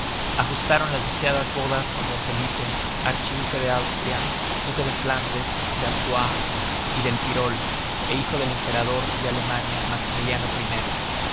ajustaron las deseadas bodas con d felipe archiduque de austria duque de flandes de artois y del tirol é hijo del emperador de alemania maximiliano